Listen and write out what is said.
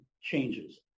changes